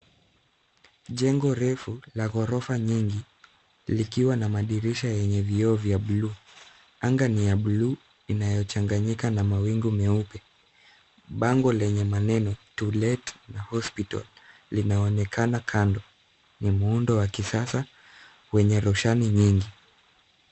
Jengo refu la ghorofa nyingi likiwa na madirisha yenye vioo vya buluu. Anga ni ya buluu inayochanganyika na mawingu meupe. Bango lenye maneno to let na hospital linaonekana kando. Ni muundo wa kisasa wenye roshani nyingi.